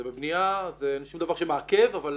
זה בבנייה ואין שום דבר שמעכב אבל